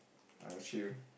I assume